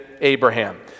Abraham